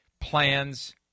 plans